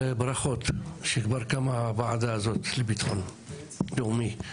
ברכות שכבר קמה הוועדה הזאת לביטחון לאומי.